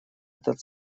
этот